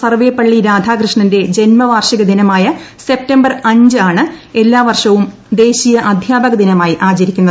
സർവ്വേപ്പള്ളി രാധാകൃഷ്ണന്റെജന്മവാർഷിക ദിനമായസെപ്റ്റംബർഅഞ്ച്ആണ്എല്ലാവർഷവുംദേശീയ അധ്യാപക ദിനമായിആചരിക്കുന്നത്